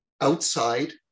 outside